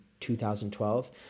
2012